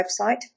website